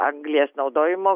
anglies naudojimo